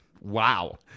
Wow